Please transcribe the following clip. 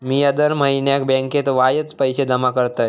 मिया दर म्हयन्याक बँकेत वायच पैशे जमा करतय